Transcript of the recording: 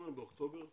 באוקטובר?